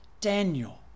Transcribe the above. Daniel